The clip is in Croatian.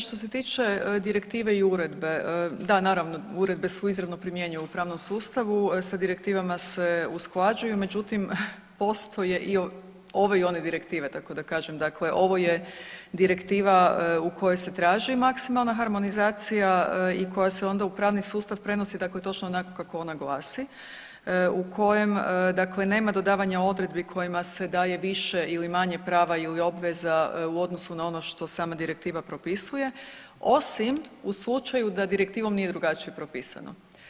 Što se tiče direktive i uredbe, da naravno, uredbe se izravno primjenjuju u pravnom sustavu, sa direktivama se usklađuju, međutim, postoje i ove i one direktive, tako da kažem, dakle ovo je Direktiva u kojoj se maksimalna harmonizacija i koja se onda u pravni sustav prenosi dakle točno onako kako ona glasi u kojem dakle nema dodavanja odredbi kojima se daje više ili manje prava ili obveza u odnosu na ono što sama Direktiva propisuje, osim u slučaju da direktivom nije drugačije propisano.